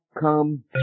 come